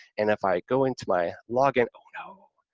and if i go into my log-in, oh, no,